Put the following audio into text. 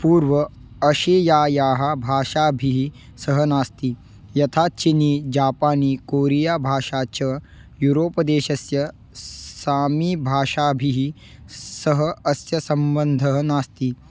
पूर्व अशीयायाः भाषाभिः सह नास्ति यथा चीनीजापानीकोरियाभाषाः च युरोपदेशस्य सामीभाषाभिः सह अस्य सम्बन्धः नास्ति